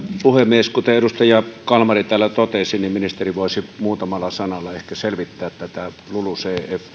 puhemies kuten edustaja kalmari täällä totesi ministeri voisi muutamalla sanalla ehkä selvittää tätä lulucf